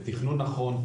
לתכנון נכון,